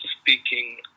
speaking